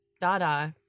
da-da